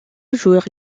joueur